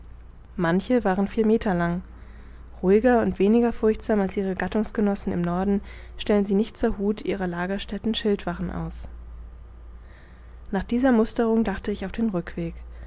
manche waren vier meter lang ruhiger und weniger furchtsam als ihre gattungsgenossen im norden stellen sie nicht zur hut ihrer lagerstätten schildwachen aus nach dieser musterung dachte ich auf den rückweg